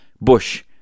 Bush